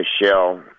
Michelle